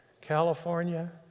California